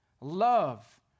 love